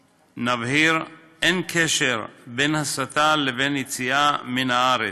נבהיר: אין קשר בין הסתה לבין יציאה מן הארץ.